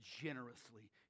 generously